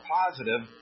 positive